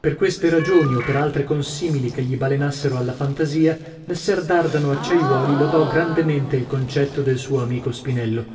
per queste ragioni o per altre consimili che gli balenassero alla fantasia messer dardano acciaiuoli lodò grandemente il concetto del suo amico spinello